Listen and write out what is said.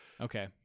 Okay